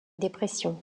dépression